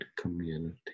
community